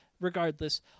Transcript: Regardless